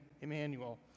Emmanuel